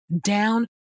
down